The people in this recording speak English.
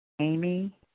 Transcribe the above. Amy